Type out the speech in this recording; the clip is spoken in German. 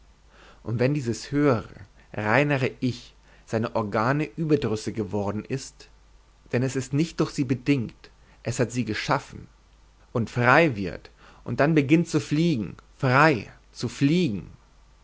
und wenn dieses höhere reinere ich seiner organe überdrüssig geworden ist denn es ist nicht durch sie bedingt es hat sie geschaffen und frei wird und dann beginnt zu fliegen frei zu fliegen